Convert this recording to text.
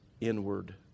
inward